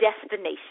destination